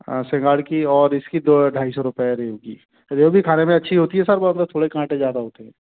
हाँ सिंघाड़ा की और इसकी दो ढाई सौ रुपये है रोहू की रोहू भी खाने में अच्छी होती है सर बस वह थोड़े काँटे ज़्यादा होते हैं